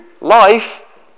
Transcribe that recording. life